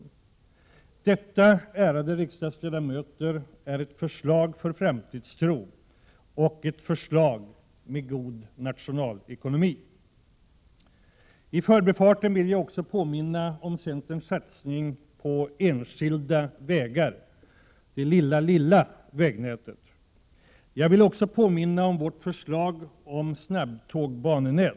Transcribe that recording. Detta, ärade riksdagsledamöter, är ett förslag för framtidstro och ett förslag med god nationalekonomi. I förbifarten vill jag påminna om centerns satsning på enskilda vägar — det lilla lilla vägnätet. Jag vill också påminna om vårt förslag om snabbtågbanenät.